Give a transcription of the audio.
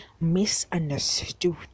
misunderstood